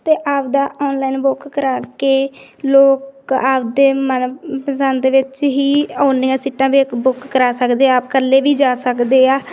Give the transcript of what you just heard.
ਅਤੇ ਆਪਦਾ online book ਕਰਾ ਕੇ ਲੋਕ ਆਪਦੇ ਮਨਪਸੰਦ ਵਿੱਚ ਹੀ ਉੱਨੀਆਂ ਸੀਟਾਂ ਵੀ ਬੁੱਕ ਕਰਾ ਸਕਦੇ ਆ ਆਪ ਇਕੱਲੇ ਵੀ ਜਾ ਸਕਦੇ ਆ